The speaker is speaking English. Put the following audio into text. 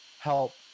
help